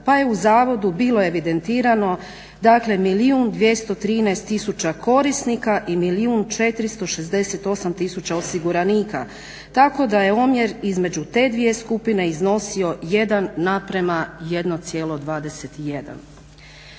pa je u zavodu bilo evidentirano dakle milijun 213 tisuća korisnika i milijun 468 tisuća osiguranika. Tako da je omjer između te dvije skupine iznosio 1 na prema 1,21.